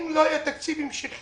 אם לא יהיה תקציב המשכי